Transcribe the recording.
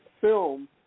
film